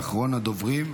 ואחרון הדוברים,